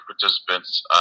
participants